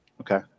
Okay